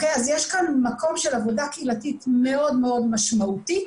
יש כאן מקום של עבודה קהילתית מאוד מאוד משמעותית.